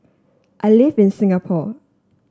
I live in Singapore